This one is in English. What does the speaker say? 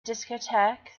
discotheque